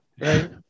right